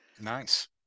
Nice